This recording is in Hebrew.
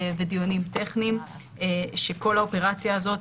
בדיונים טכניים שכל האופרציה הזאת